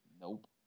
Nope